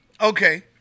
Okay